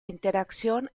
interacción